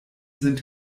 sind